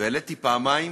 והעליתי פעמיים